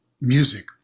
music